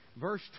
verse